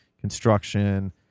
construction